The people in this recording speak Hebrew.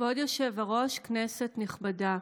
כבוד היושב-ראש, כנסת נכבדה,